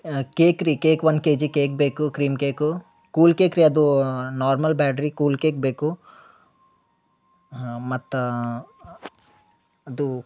cake ರೀ cake one KG cake ಬೇಕು cream cake cool cake ರೀ ಅದು ನಾರ್ಮಲ್ ಬ್ಯಾಡ್ರಿ ಕೂಲ್ ಕೇಕ್ ಬೇಕು ಹಾಂ ಮತ್ತು ಅದು